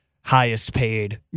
highest-paid